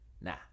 nah